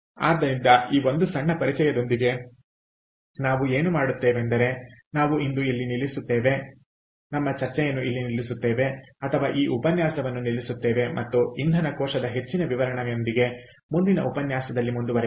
ಆದ್ದರಿಂದ ಈ ಒಂದು ಸಣ್ಣ ಪರಿಚಯದೊಂದಿಗೆ ನಾವು ಏನು ಮಾಡುತ್ತೇವೆಂದರೆ ನಾವು ಇಂದು ಇಲ್ಲಿ ನಿಲ್ಲಿಸುತ್ತೇವೆ ಅಥವಾ ಈ ಉಪನ್ಯಾಸವನ್ನು ನಿಲ್ಲಿಸುತ್ತೇವೆ ಮತ್ತು ಇಂಧನ ಕೋಶದ ಹೆಚ್ಚಿನ ವಿವರಣೆಯೊಂದಿಗೆ ಮುಂದಿನ ಉಪನ್ಯಾಸದಲ್ಲಿ ಮುಂದುವರಿಯುತ್ತೇವೆ